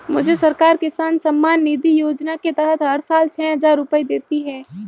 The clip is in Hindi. मुझे सरकार किसान सम्मान निधि योजना के तहत हर साल छह हज़ार रुपए देती है